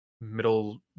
middle